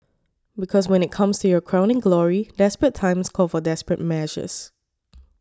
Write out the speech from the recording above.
because when it comes to your crowning glory desperate times call for desperate measures